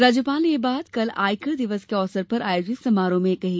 राज्यपाल ने यह बात कल आयकर दिवस के अवसर आयोजित समारोह में कही